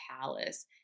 palace